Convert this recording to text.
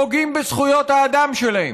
פוגעים בזכויות האדם שלהם.